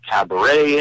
cabaret